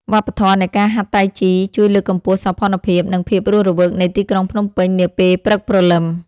វប្បធម៌នៃការហាត់តៃជីជួយលើកកម្ពស់សោភ័ណភាព និងភាពរស់រវើកនៃទីក្រុងភ្នំពេញនាពេលព្រឹកព្រលឹម។